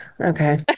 Okay